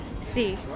see